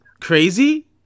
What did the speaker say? crazy